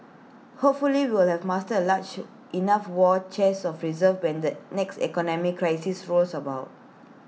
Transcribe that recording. hopefully we'll have mustered A large enough war chest of reserves when the next economic crisis rolls about